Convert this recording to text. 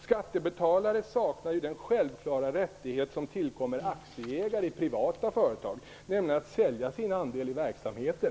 Skattebetalare saknar ju den självklara rättighet som tillkommer aktieägare i privata företag, nämligen att sälja sin andel i verksamheten.